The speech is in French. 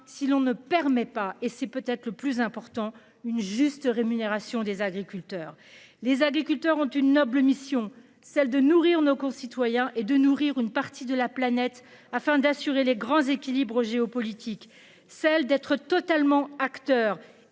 si l'on ne permet pas et c'est peut-être le plus important une juste rémunération des agriculteurs, les agriculteurs ont une noble mission, celle de nourrir nos concitoyens et de nourrir une partie de la planète afin d'assurer les grands équilibres géopolitiques, celle d'être totalement acteur